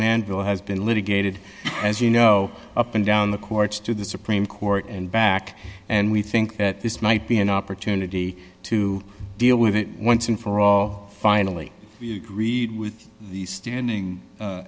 manville has been litigated as you know up and down the courts to the supreme court and back and we think that this might be an opportunity to deal with it once and for all finally agreed with the standing